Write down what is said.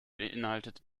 beinhaltet